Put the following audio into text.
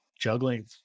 juggling